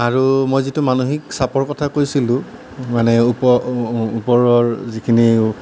আৰু মই যিটো মানসিক চাপৰ কথা কৈছিলোঁ মানে ওপ ওপৰৰ যিখিনি